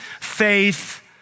faith